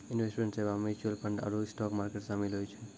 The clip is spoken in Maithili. इन्वेस्टमेंट सेबा मे म्यूचूअल फंड आरु स्टाक मार्केट शामिल होय छै